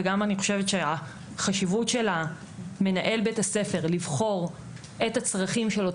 וגם אני חושבת שהחשיבות של מנהל בית הספר לבחור את הצרכים של אותו